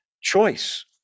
choice